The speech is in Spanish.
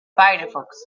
firefox